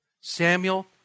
Samuel